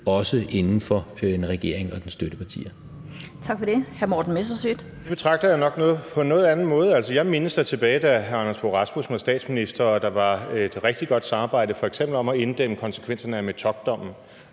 også inden for en regering og dens støttepartier.